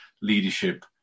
leadership